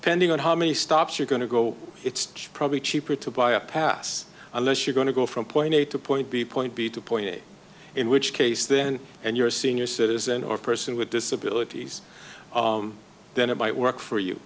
good pending on how many stops you're going to go it's probably cheaper to buy a pass unless you're going to go from point a to point b point b two point eight in which case then and you're a senior citizen or person with disabilities then it might work for you